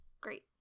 Great